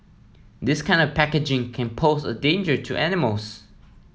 this kind of packaging can pose a danger to animals